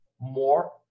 more